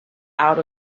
out